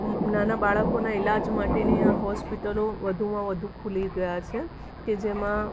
નાના બાળકોના ઈલાજ માટેની આ હોસ્પિટલો વધુમાં વધુ ખૂલી ગયાં છે કે જેમાં